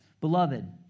Beloved